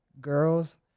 girls